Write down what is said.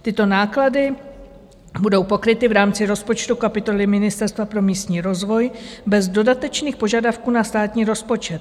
Tyto náklady budou pokryty v rámci rozpočtu kapitoly Ministerstva pro místní rozvoj bez dodatečných požadavků na státní rozpočet.